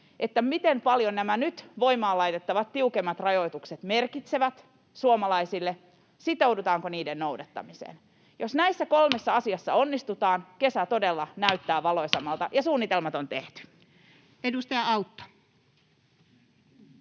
se, miten paljon nämä nyt voimaan laitettavat tiukemmat rajoitukset merkitsevät suomalaisille, sitoudutaanko niiden noudattamiseen. Jos näissä kolmessa asiassa onnistutaan, kesä todella näyttää valoisammalta, ja suunnitelmat on tehty. Edustaja Autto.